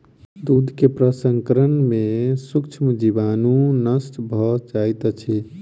दूधक प्रसंस्करण में सूक्ष्म जीवाणु नष्ट भ जाइत अछि